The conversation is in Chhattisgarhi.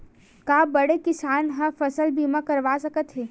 का बड़े किसान ह फसल बीमा करवा सकथे?